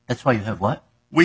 that's why you have what we